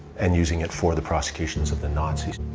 and using it for the prosecutions of the nazis.